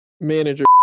manager